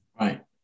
Right